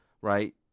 right